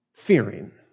fearing